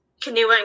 canoeing